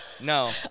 No